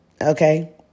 okay